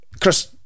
Chris